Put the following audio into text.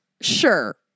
Sure